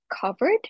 covered